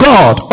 God